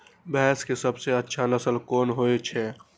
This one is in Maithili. भैंस के सबसे अच्छा नस्ल कोन होय छे?